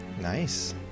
Nice